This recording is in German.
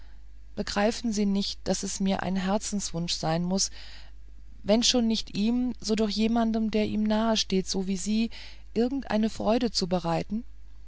begreifen sie nicht daß es mir da ein herzenswunsch sein muß wenn schon nicht ihm so doch jemand der ihm so nahesteht wie sie irgendeine freude